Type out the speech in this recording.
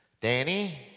Danny